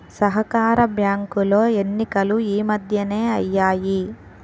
సహకార బ్యాంకులో ఎన్నికలు ఈ మధ్యనే అయ్యాయి